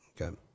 Okay